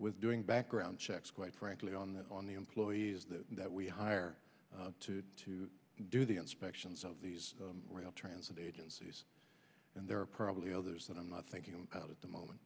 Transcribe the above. with doing background checks quite frankly on the on the employees that we hire to to do the inspections of these transit agencies and there are probably others that i'm not thinking about at the moment